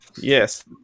yes